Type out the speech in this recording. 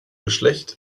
geschlecht